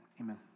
amen